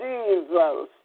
Jesus